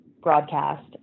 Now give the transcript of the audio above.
broadcast